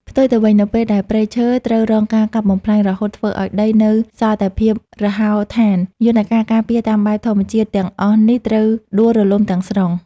ផ្ទុយទៅវិញ នៅពេលដែលព្រៃឈើត្រូវរងការកាប់បំផ្លាញ រហូតធ្វើឱ្យដីនៅសល់តែភាពរហោឋាន យន្តការការពារតាមបែបធម្មជាតិទាំងអស់នេះត្រូវដួលរលំទាំងស្រុង។